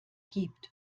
gibt